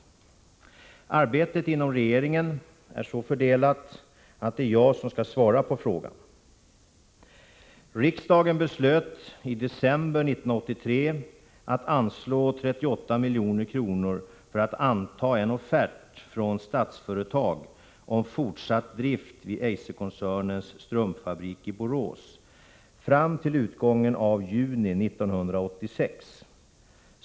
Arbetet inom regeringen är så fördelat att det är jag som skall svara på frågan. Riksdagen beslöt i december 1983 att anslå 38 milj.kr. för att anta en offert från Statsföretag AB om fortsatt drift vid Eiserkoncernens strumpfabrik i Borås fram till utgången av juni 1986.